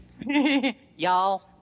Y'all